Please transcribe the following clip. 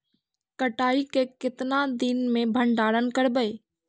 कटाई के कितना दिन मे भंडारन करबय?